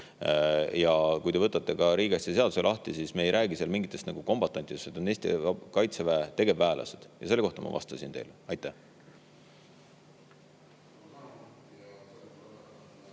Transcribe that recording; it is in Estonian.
Ja kui te võtate riigikaitseseaduse lahti, siis seal ei räägita mingitest kombatantidest. Need on Eesti Kaitseväe tegevväelased ja selle kohta ma vastasin teile. Aitäh!